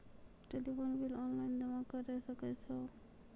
Telephone bill online जमा करै सकै छौ?